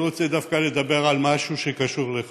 אני רוצה דווקא לדבר על משהו שקשור אליך,